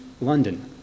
London